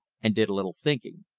and did a little thinking.